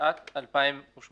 התשע"ט-2018